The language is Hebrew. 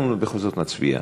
אנחנו בכל זאת נצביע.